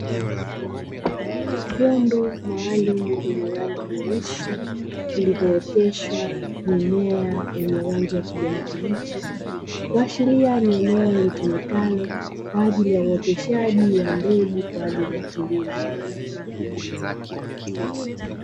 Vyombo maalumu vyenye rangi nyeusi vilivyooteshwa mimea yenye rangi ya kijani kibichi, kuashiria ni eneo litumikalo kwa ajili ya uoteshaji wa mbegu kwa ajili ya kilimo.